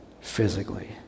physically